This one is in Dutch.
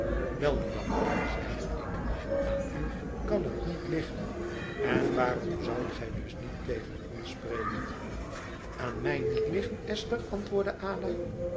welnu dan melieve zeide ik aan u kan het niet liggen en waarom zoudt gij dus niet tegen ons spreken aan mij niet liggen esther antwoordde ada